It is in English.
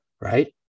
right